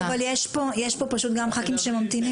אני מתנצלת, אבל יש פה פשוט גם ח"כים שממתינים.